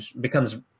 becomes